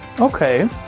Okay